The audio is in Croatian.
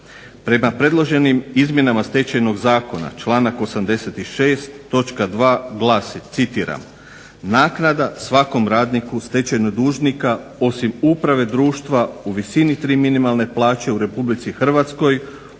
Prema predloženim izmjenama Stečajnog zakona članak 86. točka 2. glasi: "Naknada svakom radniku stečajnog dužnika osim uprave društva u visini tri minimalne plaće u RH ukoliko taj